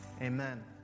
amen